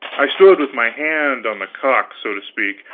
i stood with my hand on the cock, so to speak,